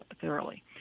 thoroughly